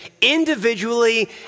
individually